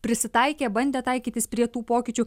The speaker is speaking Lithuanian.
prisitaikė bandė taikytis prie tų pokyčių